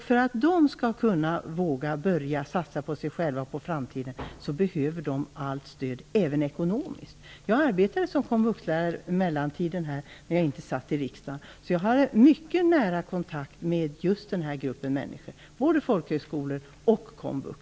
För att de skall våga börja satsa på sig själva och på framtiden behöver de få allt stöd, även ekonomiskt. Själv arbetade jag som komvuxlärare under mellantiden då jag inte satt i riksdagen. Därför har jag haft mycket nära kontakter med just den här gruppen människor när det gäller både folkhögskolor och komvux.